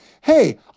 hey